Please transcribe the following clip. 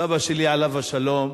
סבא שלי, עליו השלום,